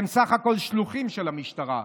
הם בסך הכול שלוחים של המשטרה.